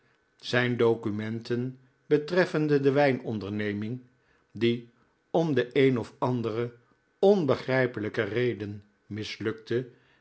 zijn documenten betreffende de wijnonderneming die om de een of andere onbegrijpelijke reden mislukte